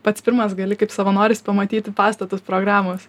pats pirmas gali kaip savanoris pamatyti pastatus programos